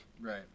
Right